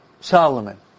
Solomon